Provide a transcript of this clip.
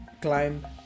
climb